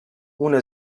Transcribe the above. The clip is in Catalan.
una